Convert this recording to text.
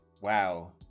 wow